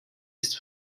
ist